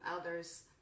others